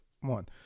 one